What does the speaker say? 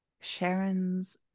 Sharon's